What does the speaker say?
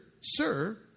sir